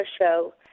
show